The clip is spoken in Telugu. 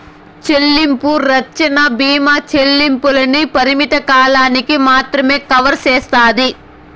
చెల్లింపు రచ్చన బీమా చెల్లింపుల్ని పరిమిత కాలానికి మాత్రమే కవర్ సేస్తాది